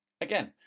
Again